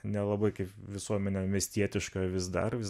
nelabai kaip visuomenė miestietiška vis dar vis